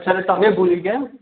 એટલે તમે ભૂલી ગયા એમ